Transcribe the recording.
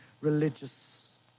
religious